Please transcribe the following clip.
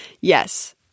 Yes